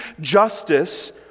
justice